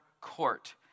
court